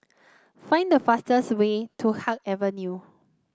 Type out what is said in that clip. find the fastest way to Haig Avenue